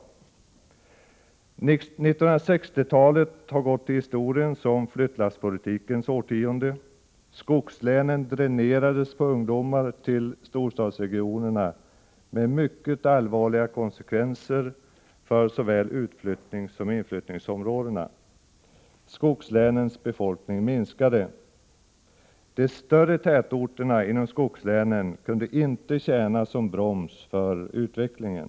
1960-talet har gått till historien som flyttlasspolitikens årtionde. Skogslänen dränerades på ungdomar till storstadsregionerna, med mycket allvarliga konsekvenser för såväl utflyttningssom inflyttningsområdena. Skogslänens befolkning minskade. De större tätorterna inom skogslänen kunde inte tjäna som broms för utflyttningen.